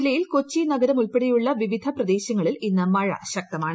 ജില്ലയിൽ കൊച്ചി നഗരം ഉൾപ്പെടെയുള്ള വിവിധ പ്രദേശങ്ങളിൽ ഇന്ന് മഴ ശക്തമാണ്